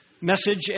message